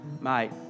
Mate